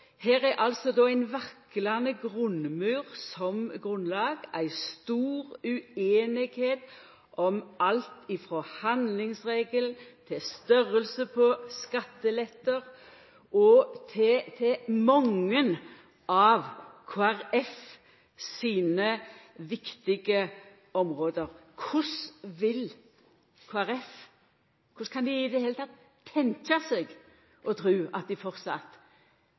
Her er det då ein vaklande grunnmur som grunnlag, ei stor ueinigheit om alt frå handlingsregelen til størrelse på skatteletter og til mange av Kristeleg Folkeparti sine viktige område. Korleis kan Kristeleg Folkeparti i det heile tenkja seg at